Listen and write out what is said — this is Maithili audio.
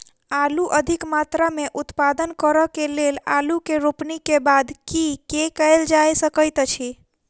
आलु अधिक मात्रा मे उत्पादन करऽ केँ लेल आलु केँ रोपनी केँ बाद की केँ कैल जाय सकैत अछि?